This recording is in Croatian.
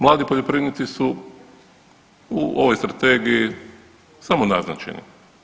Mladi poljoprivrednici su u ovoj Strategiji samo naznačeni.